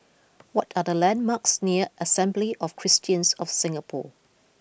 what are the landmarks near Assembly of Christians of Singapore